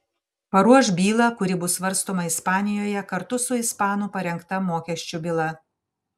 paruoš bylą kuri bus svarstoma ispanijoje kartu su ispanų parengta mokesčių byla